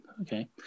okay